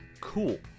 cool